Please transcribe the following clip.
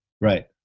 Right